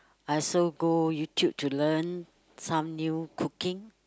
I also go YouTube to learn some new cooking